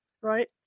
right